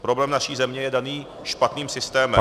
Problém naší země je daný špatným systémem.